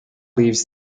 leaves